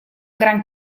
gran